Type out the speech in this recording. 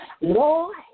Lord